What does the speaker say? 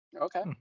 Okay